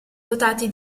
dotati